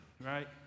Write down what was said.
right